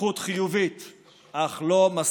התפתחות חיובית אך לא מספקת.